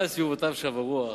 ועל סביבתיו שב הרוח,